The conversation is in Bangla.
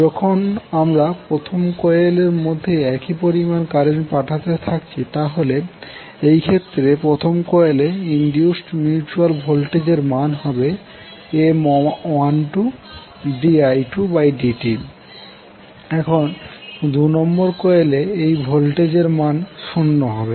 যখন আমরা প্রথম কয়েল এর মধ্যে একই পরিমাণ কারেন্ট পাঠাতে থাকছি তাহলে এই ক্ষেত্রে প্রথম কোয়েলে ইনডিউসড মিউচুয়াল ভোল্টেজের মান হবে M12di2dt এখন দুনম্বর কোয়েলে এই ভোল্টেজ এর মান শূন্য হবে